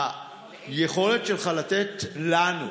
היכולת שלך לתת לנו,